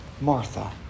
Martha